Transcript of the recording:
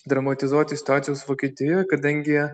dramatizuoti situacijos vokietijoj kadangi